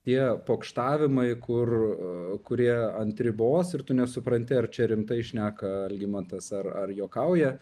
tie pokštavimai kur kurie ant ribos ir tu nesupranti ar čia rimtai šneka algimantas ar ar juokauja